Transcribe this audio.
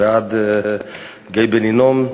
ועד גיא בן-הינום.